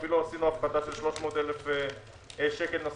ואפילו עשינו הפחתה של 300,000 שקל נוספים.